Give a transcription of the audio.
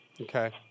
Okay